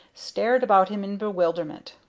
stared about him in bewilderment.